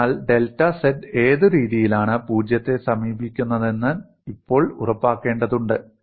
അതിനാൽ delta z ഏത് രീതിയിലാണ് 0 ത്തെ സമീപിക്കുന്നതെന്ന് ഇപ്പോൾ ഉറപ്പാക്കേണ്ടതുണ്ട്